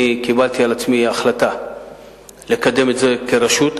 אני קיבלתי על עצמי החלטה לקדם את זה כרשות.